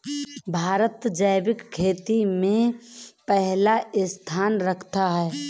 भारत जैविक खेती में पहला स्थान रखता है